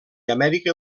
amèrica